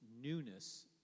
newness